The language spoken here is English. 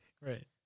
Right